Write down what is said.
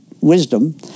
wisdom